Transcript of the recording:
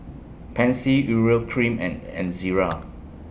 Pansy Urea Cream and Ezerra